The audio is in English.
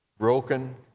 broken